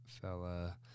fella